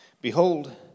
Behold